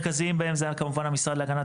המרכזיים בהם זה היה כמובן המשרד להגנת